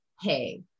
hey